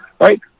right